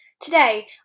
Today